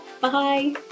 Bye